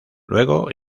luego